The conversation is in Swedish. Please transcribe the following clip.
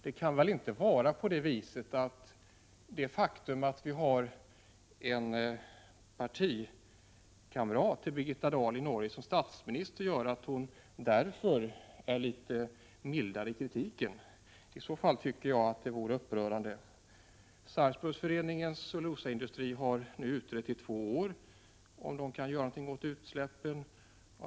Det kan väl inte vara så, att det faktum att man i Norge har en partikamrat till Birgitta Dahl som statsminister gör att Birgitta Dahl är litet mildare i kritiken? I så fall tycker jag att det vore upprörande. Saugbruksforeningens cellulosafabrik har i två år utrett om man kan göra någonting åt utsläppen.